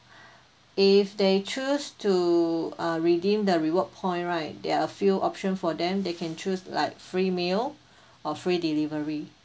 if they choose to uh redeem the reward point right there are a few option for them they can choose like free meal or free delivery